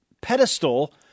pedestal